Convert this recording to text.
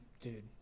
Dude